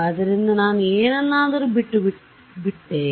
ಆದ್ದರಿಂದ ನಾನು ಏನನ್ನಾದರೂ ಬಿಟ್ಟುಬಿಟ್ಟೆ